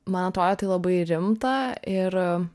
man atrodė tai labai rimta ir